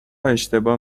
اشتباه